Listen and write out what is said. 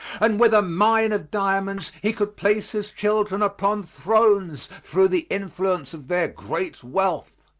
and with a mine of diamonds he could place his children upon thrones through the influence of their great wealth.